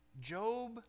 Job